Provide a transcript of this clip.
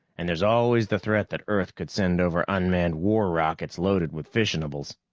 and there's always the threat that earth could send over unmanned war rockets loaded with fissionables.